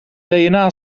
dna